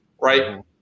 right